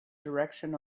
direction